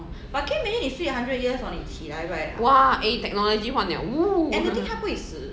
!wah! eh technology 换 liao oo